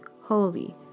Holy